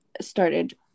started